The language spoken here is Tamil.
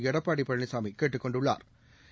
எடப்பாடி பழனிசாமி கேட்டுக் கொண்டுள்ளாா்